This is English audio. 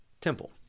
temple